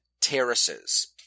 terraces